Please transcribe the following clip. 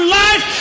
life